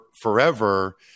forever